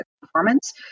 performance